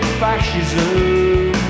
fascism